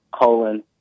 colon